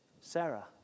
Sarah